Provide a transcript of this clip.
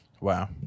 wow